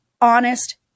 honest